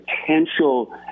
potential